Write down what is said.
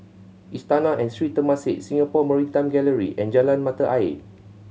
Istana and Sri Temasek Singapore Maritime Gallery and Jalan Mata Ayer